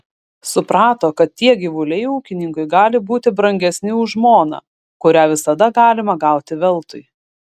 suprato kad tie gyvuliai ūkininkui gali būti brangesni už žmoną kurią visada galima gauti veltui